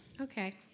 okay